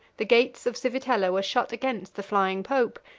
the gates of civitella were shut against the flying pope,